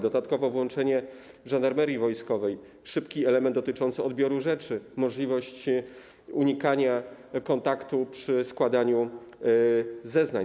Dodatkowo chodzi o włączenie Żandarmerii Wojskowej, szybki element dotyczący odbioru rzeczy, możliwość unikania kontaktu przy składaniu zeznań.